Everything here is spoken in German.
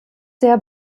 sehr